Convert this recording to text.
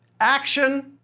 action